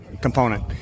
component